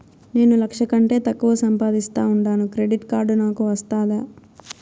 నేను లక్ష కంటే తక్కువ సంపాదిస్తా ఉండాను క్రెడిట్ కార్డు నాకు వస్తాదా